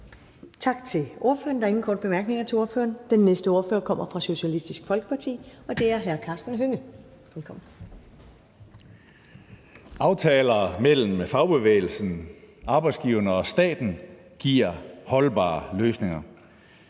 Aftaler mellem fagbevægelsen, arbejdsgiverne og staten giver holdbare løsninger.